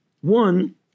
One